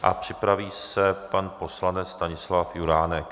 A připraví se pan poslanec Stanislav Juránek.